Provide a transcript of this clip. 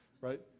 right